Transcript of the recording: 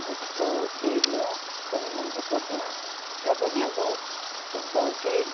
आबो तेस्तो हेर्नु पनि मन त पर्दैन र पनि आबो फुटबल चैँ